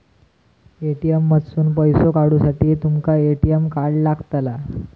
ATM मधसून पैसो काढूसाठी तुमका ए.टी.एम कार्ड लागतला